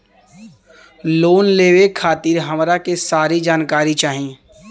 Loan लेवे खातीर हमरा के सारी जानकारी चाही?